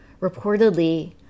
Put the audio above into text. reportedly